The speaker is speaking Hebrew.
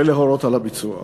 ולהורות על הביצוע.